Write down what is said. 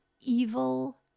evil